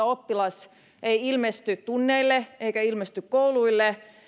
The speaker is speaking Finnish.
oppilas ei ilmesty tunneille eikä ilmesty koululle